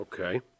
Okay